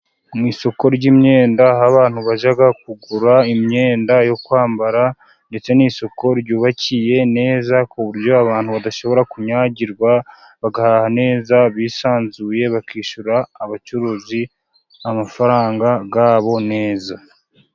Mu isoko ry'imyenda aho abantu bajya kugura imyenda yo kwambara, ndetse n'isoko ryubakiye neza ku buryo abantu badashobora kunyagirwa, bagahaha neza bisanzuye bakishyura abacuruzi amafaranga yabo neza.